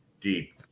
deep